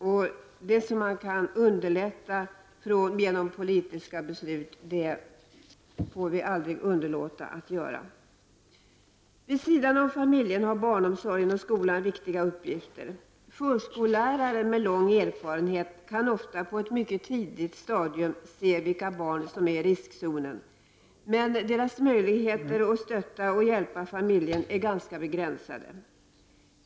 Vi får aldrig underlåta att göra det vi kan göra genom att fatta lämpliga politiska beslut. Vid sidan om familjen har barnomsorgen och skolan viktiga uppgifter. Förskollärare med lång erfarenhet kan ofta på ett mycket tidigt stadium se vilka barn som är i riskzonen. Men deras möjligheter att hjälpa och stötta familjerna är ganska begränsade.